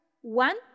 one